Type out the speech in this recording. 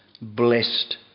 blessed